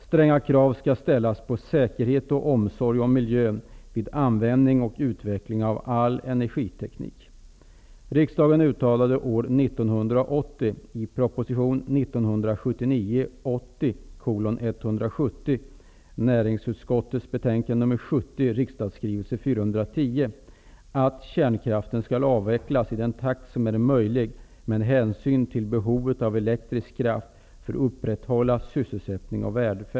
Stränga krav skall ställas på säkerhet och omsorg om miljön vid användning och utveckling av all energiteknik.